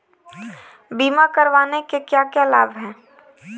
बीमा करवाने के क्या क्या लाभ हैं?